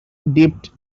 dipped